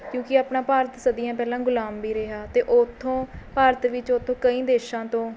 ਕਿਉਂਕਿ ਆਪਣਾ ਭਾਰਤ ਸਦੀਆਂ ਪਹਿਲਾਂ ਗੁਲਾਮ ਵੀ ਰਿਹਾ ਅਤੇ ਉੱਥੋਂ ਭਾਰਤ ਵਿੱਚ ਉਹ ਤੋਂ ਕਈ ਦੇਸ਼ਾਂ ਤੋਂ